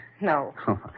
No